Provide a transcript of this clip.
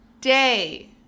Day